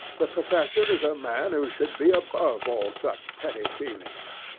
the professor is a man who should be above all such petty feelings.